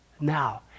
now